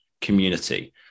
community